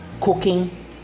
cooking